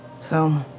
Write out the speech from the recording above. so